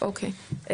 אוקיי.